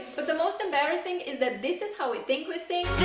but the most embarrassing is that this is how we think we sing.